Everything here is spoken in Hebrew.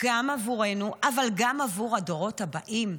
גם עבורנו, אבל גם עבור הדורות הבאים.